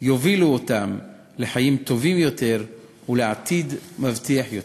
יובילו אותם לחיים טובים ולעתיד מבטיח יותר.